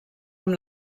amb